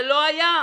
זה לא היה.